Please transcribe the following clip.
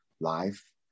life